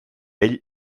ell